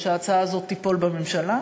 או שההצעה הזאת תיפול בממשלה.